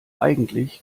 eigentlich